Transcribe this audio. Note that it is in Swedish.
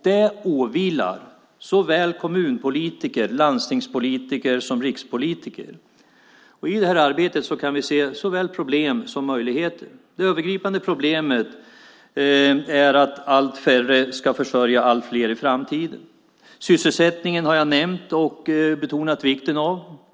Det åvilar såväl kommunpolitiker och landstingspolitiker som rikspolitiker. I det här arbetet kan vi se såväl problem som möjligheter. Det övergripande problemet är att allt färre ska försörja allt fler i framtiden. Sysselsättningen har jag nämnt och betonat vikten av.